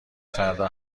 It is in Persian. فردا